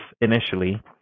initially